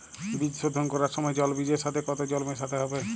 বীজ শোধন করার সময় জল বীজের সাথে কতো জল মেশাতে হবে?